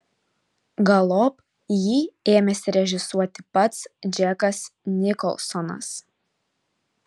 galop jį ėmėsi režisuoti pats džekas nikolsonas